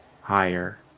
higher